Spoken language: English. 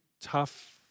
tough